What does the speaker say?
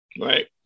Right